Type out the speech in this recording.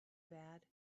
bad